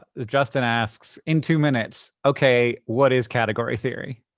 ah justin asks, in two minutes, okay, what is category theory?